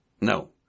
no